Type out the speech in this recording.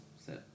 set